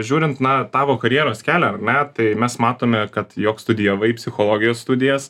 žiūrint na tavo karjeros kelią ar ne tai mes matome kad jog studijavai psichologijos studijas